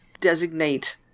designate